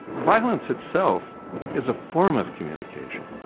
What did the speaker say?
violence itself is a form of communication,